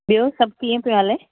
ॿियो सभु कीअं पियो हले